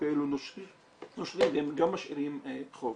--- הם גם משאירים חוב.